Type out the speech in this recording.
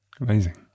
Amazing